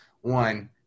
one